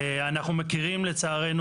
אנחנו מכירים לצערנו,